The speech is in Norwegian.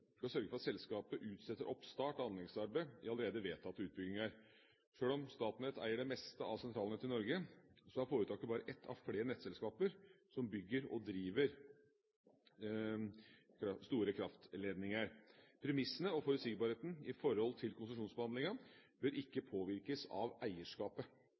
sørge for at selskapet utsetter oppstart av anleggsarbeidet i allerede vedtatte utbygginger. Sjøl om Statnett eier det meste av sentralnettet i Norge, er foretaket bare ett av flere nettselskaper som bygger og driver store kraftledninger. Premissene og forutsigbarheten knyttet til konsesjonsbehandlingen bør ikke påvirkes av eierskapet.